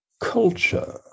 culture